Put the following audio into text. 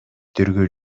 тергөө